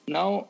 Now